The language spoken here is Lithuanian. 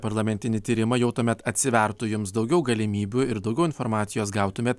parlamentinį tyrimą jau tuomet atsivertų jums daugiau galimybių ir daugiau informacijos gautumėt